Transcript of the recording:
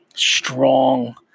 Strong